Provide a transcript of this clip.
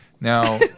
Now